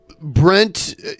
Brent